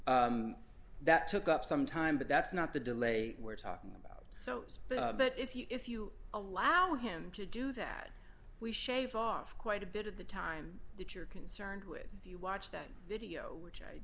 holy that took up some time but that's not the delay we're talking about so but if you if you allow him to do that we shave off quite a bit of the time that you're concerned with if you watch that video which i